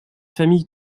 famille